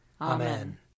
Amen